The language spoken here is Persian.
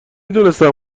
دونستم